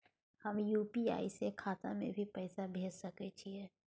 हम यु.पी.आई से खाता में भी पैसा भेज सके छियै?